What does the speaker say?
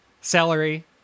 Celery